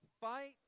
fight